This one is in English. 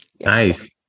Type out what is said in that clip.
Nice